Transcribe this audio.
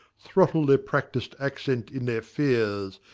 throttle their practis'd accent in their fears,